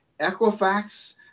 Equifax